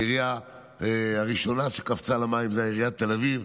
העירייה הראשונה שקפצה למים היא עיריית תל אביב,